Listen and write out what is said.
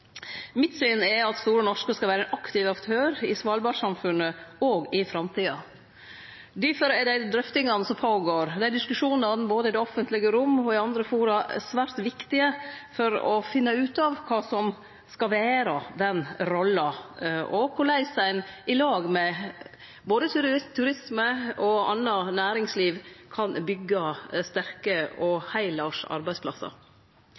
Mitt syn er at Store Norske skal vere ein aktiv aktør i Svalbard-samfunnet òg i framtida. Difor er dei drøftingane som går føre seg, dei diskusjonane som er både i det offentlege rom og i andre fora, svært viktige for å finne ut av kva som skal vere den rolla, og korleis ein i lag med både turisme og anna næringsliv kan byggje sterke og heilårige arbeidsplassar.